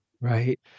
Right